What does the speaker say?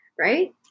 right